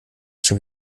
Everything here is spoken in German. schon